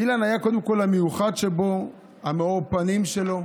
אילן, קודם כול, המיוחד שבו, מאור הפנים שלו.